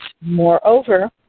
Moreover